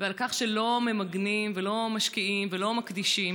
ועל כך שלא ממגנים ולא משקיעים ולא מקדישים.